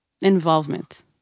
involvement